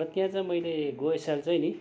र त्यहाँ चाहिँ मैले गए साल चाहिँ नि